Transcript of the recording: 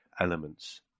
elements